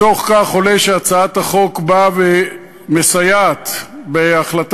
מתוך כך עולה שהצעת החוק באה ומסייעת בהחלטת